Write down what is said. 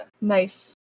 nice